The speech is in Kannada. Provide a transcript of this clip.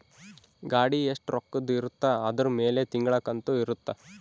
ಗಾಡಿ ಎಸ್ಟ ರೊಕ್ಕದ್ ಇರುತ್ತ ಅದುರ್ ಮೇಲೆ ತಿಂಗಳ ಕಂತು ಇರುತ್ತ